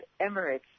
Emirates